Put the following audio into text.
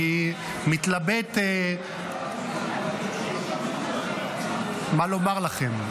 אני מתלבט מה לומר לכם.